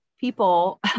people